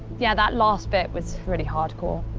yeah, that last bit was really hardcore.